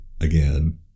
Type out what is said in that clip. again